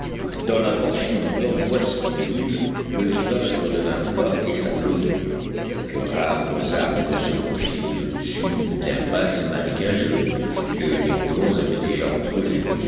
dans la portion nord-ouest de l'île le rivage redevint plat et sablonneux quelques rares arbres se profilaient au-dessus d'une terre basse et marécageuse que les colons avaient déjà entrevue